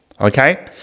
Okay